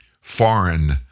foreign